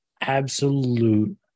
absolute